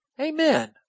Amen